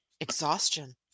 exhaustion